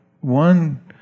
one